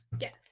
Yes